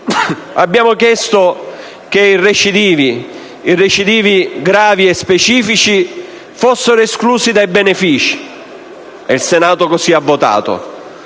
Aula, chiedendo che i recidivi gravi e specifici fossero esclusi dai benefici, e il Senato così ha votato.